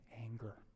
anger